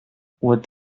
what